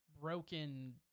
broken